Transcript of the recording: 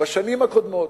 בשנים הקודמות,